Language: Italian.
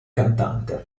cantante